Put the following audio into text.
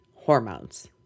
Hormones